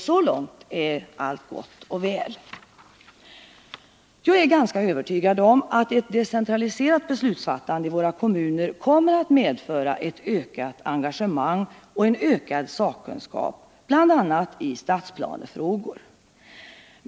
Så långt är allt gott och väl. Jag är ganska övertygad om att ett decentraliserat beslutsfattande kan medföra ett ökat engagemang och en ökad sakkunskap bl.a. i stadsplanefrågor.